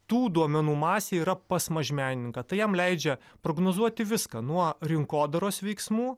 tų duomenų masė yra pas mažmenininką tai jam leidžia prognozuoti viską nuo rinkodaros veiksmų